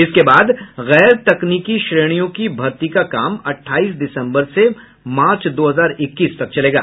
इसके बाद गैर तकनीकी श्रेणियों की भर्ती का काम अट्ठाईस दिसम्बर से मार्च दो हजार इक्कीस तक चलेगा